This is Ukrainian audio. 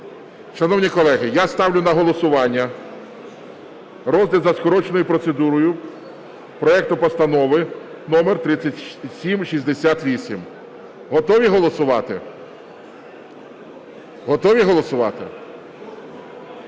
Шановні колеги, я ставлю на голосування розгляд за скороченою процедурою проекту Постанови номер 3768. Готові голосувати? Готові голосувати?